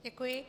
Děkuji.